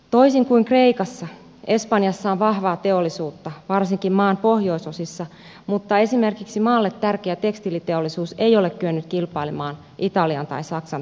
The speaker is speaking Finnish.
toisin kuin kreikassa espanjassa on vahvaa teollisuutta varsinkin maan pohjoisosissa mutta esimerkiksi maalle tärkeä tekstiiliteollisuus ei ole kyennyt kilpailemaan italian tai saksan teollisuuden kanssa